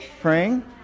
praying